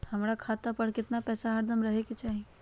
हमरा खाता पर केतना पैसा हरदम रहे के चाहि?